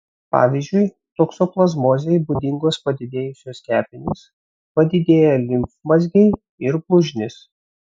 pavyzdžiui toksoplazmozei būdingos padidėjusios kepenys padidėję limfmazgiai ir blužnis